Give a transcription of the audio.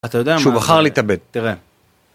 אתה יודע... שהוא בחר להתאבד, תראה